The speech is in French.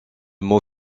mot